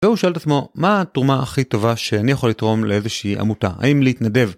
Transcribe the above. והוא שואל את עצמו מה התרומה הכי טובה שאני יכול לתרום לאיזושהי עמותה, האם להתנדב.